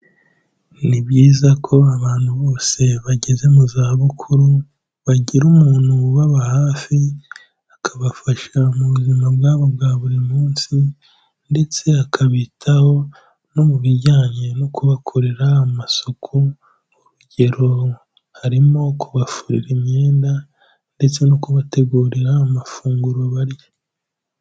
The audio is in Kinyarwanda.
Ni byiza ko abantu bose bageze mu za bukuru bagira umuntu ubaba hafi, akabafasha mu buzima bwabo bwa buri munsi, ndetse akabitaho no mu bijyanye no kubakorera amasuku. Urugero, harimo kubafurira imyenda ndetse no kubategurira amafunguro barya.